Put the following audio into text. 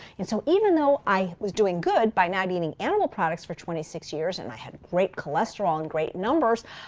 and so, even though i was doing good by not eating animals products for twenty six years and i had great cholesterol in great numbers,